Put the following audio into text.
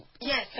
Yes